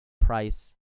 Price